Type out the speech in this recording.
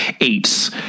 eights